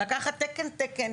לקחת תקן-תקן,